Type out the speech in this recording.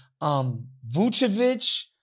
Vucevic